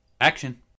action